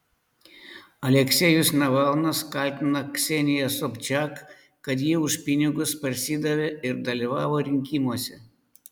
aleksejus navalnas kaltina kseniją sobčak kad ji už pinigus parsidavė ir dalyvavo rinkimuose